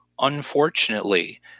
Unfortunately